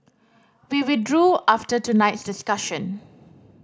we withdrew after tonight's discussion